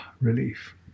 relief